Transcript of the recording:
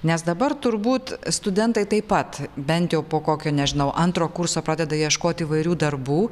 nes dabar turbūt studentai taip pat bent jau po kokio nežinau antro kurso pradeda ieškoti įvairių darbų